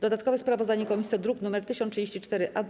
Dodatkowe sprawozdanie komisji to druk nr 1034-A.